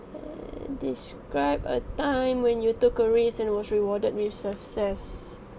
err describe a time when you took a risk and was rewarded with success